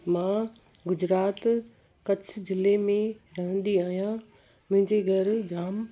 मां गुजरात कच्छ ज़िले में रहंदी आहियां मुंहिंजे घर जाम